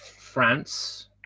france